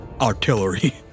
artillery